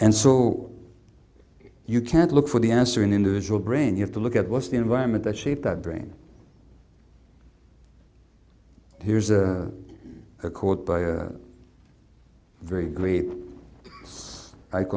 and so you can't look for the answer in individual brain you have to look at was the environment that shaped that brain here's a quote by a very great